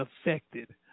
affected